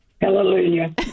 Hallelujah